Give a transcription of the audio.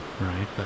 right